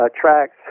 tracks